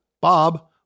Bob